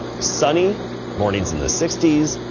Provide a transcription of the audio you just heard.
sunny mornings in the sixty s.